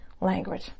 language